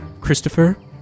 Christopher